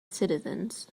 citizens